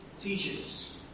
teaches